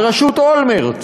בראשות אולמרט,